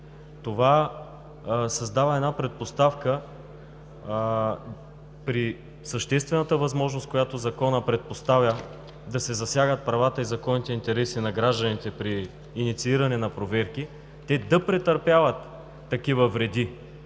Това създава предпоставка при съществената възможност, която Законът предпоставя, да се засягат правата и законните интереси на гражданите при иницииране на проверки, те да претърпяват такива вреди,